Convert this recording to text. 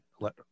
let